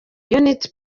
unity